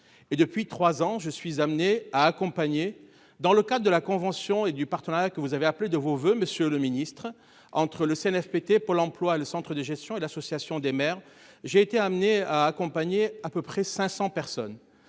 et depuis 3 ans, je suis amené à accompagner dans le cadre de la convention et du partenariat que vous avez appelé de vos voeux Monsieur le Ministre entre le Cnfpt Pôle emploi. Le Centre de gestion et l'Association des maires. J'ai été amené à accompagner, à peu près 500 personnes.